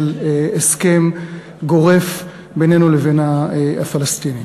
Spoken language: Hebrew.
של הסכם גורף בינינו לבין הפלסטינים,